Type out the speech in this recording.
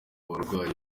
abarwayi